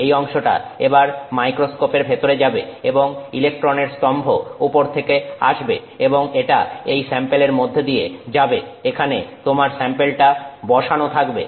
এই অংশটা এবার মাইক্রোস্কোপের ভেতরে যাবে এবং ইলেকট্রনের স্তম্ভ উপর থেকে আসবে এবং এটা এই স্যাম্পেলের মধ্যে দিয়ে যাবে এখানে তোমার স্যাম্পেলটা বসানো থাকবে